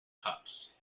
cups